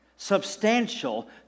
Substantial